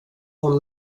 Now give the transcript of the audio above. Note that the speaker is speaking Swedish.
hon